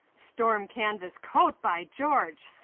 storm canvas coat, by george!